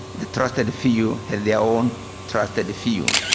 the trusted few had their own trusted few.